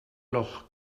loch